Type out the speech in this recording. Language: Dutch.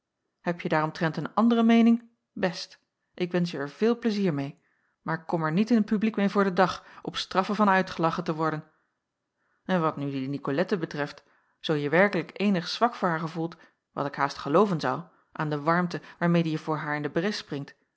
hebje daaromtrent een andere meening best ik wensch er je veel plezier meê maar kom er niet in t publiek meê voor den dag op straffe van uitgelachen te worden en wat nu die nicolette betreft zoo je werkelijk eenig zwak voor haar gevoelt wat ik haast gelooven zou aan de warmte waarmede je voor haar in de bres springt